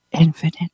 infinite